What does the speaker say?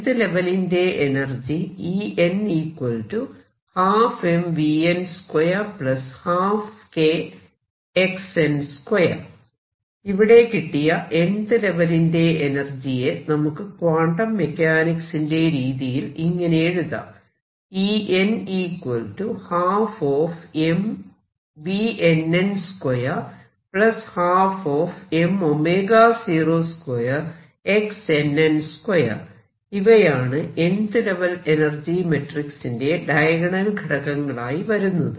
nth ലെവലിന്റെ energy ഇവിടെ കിട്ടിയ nth ലെവലിന്റെ എനർജിയെ നമുക്ക് ക്വാണ്ടം മെക്കാനിക്സിന്റെ രീതിയിൽ ഇങ്ങനെ എഴുതാം ഇവയാണ് nth ലെവൽ എനർജി മെട്രിക്സിന്റെ ഡയഗണൽ ഘടകങ്ങളായി വരുന്നത്